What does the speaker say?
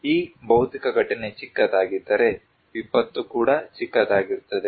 ಈ ಭೌತಿಕ ಘಟನೆ ಚಿಕ್ಕದಾಗಿದ್ದರೆ ವಿಪತ್ತು ಕೂಡ ಚಿಕ್ಕದಾಗಿರುತ್ತದೆ